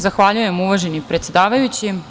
Zahvaljujem, uvaženi predsedavajući.